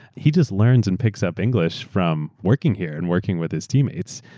he just learned and picks up english from working here and working with his teammates,